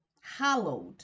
hallowed